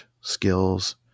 skills